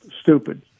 stupid